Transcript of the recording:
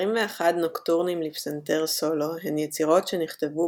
21 נוקטורנים לפסנתר סולו הן יצירות שנכתבו